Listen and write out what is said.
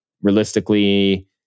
realistically